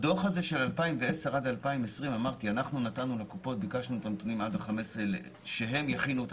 אמרתי: אנחנו ביקשנו מהקופות להכין את